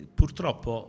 purtroppo